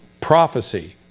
prophecy